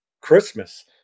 Christmas